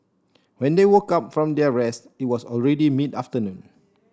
when they woke up from their rest it was already mid afternoon